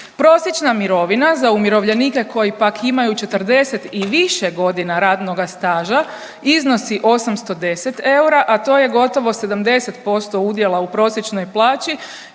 Prosječna mirovina za umirovljenike koji pak imaju 40 i više godina radnoga staža iznosi 810 eura, a to je gotovo 70% udjela u prosječnoj plaći